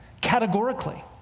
categorically